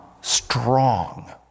strong